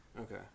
Okay